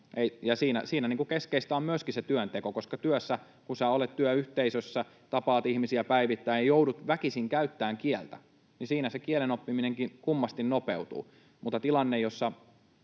siinä keskeistä on se työnteko, koska kun olet työssä, työyhteisössä, tapaat ihmisiä päivittäin ja joudut väkisin käyttämään kieltä, niin siinä se kielen oppiminenkin kummasti nopeutuu. Mutta tilanteessa,